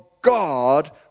God